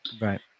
Right